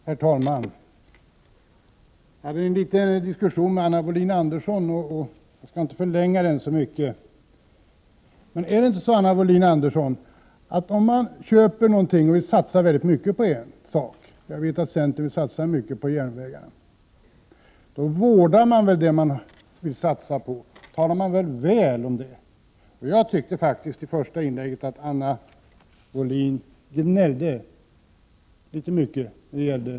Herr talman! Jag hade en diskussion med Anna Wohlin-Andersson, och jag skall inte förlänga den så mycket. Men är det inte så, Anna Wohlin Andersson, att om man köper något eller vill satsa mycket på en sak — och jag vet att centern vill satsa mycket på järnvägarna — då vårdar man också väl det man vill satsa på och talar väl om det? Jag tyckte faktiskt att Anna Wohlin-Andersson i sitt första inlägg gnällde litet väl mycket på SJ.